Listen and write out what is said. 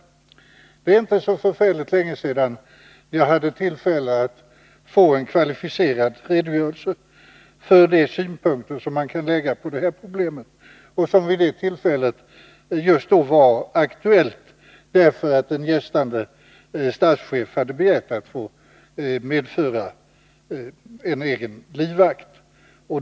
Det är inte så särskilt länge sedan jag hade tillfälle att få en kvalificerad redogörelse för de synpunkter som man kan anlägga på det här problemet, som just då var aktuellt därför att en gästande statschef hade begärt att få medföra egen livvakt.